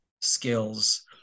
skills